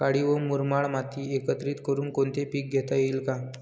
काळी व मुरमाड माती एकत्रित करुन कोणते पीक घेता येईल का?